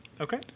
Okay